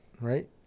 right